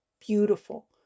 beautiful